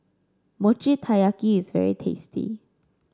Mochi Taiyaki is very tasty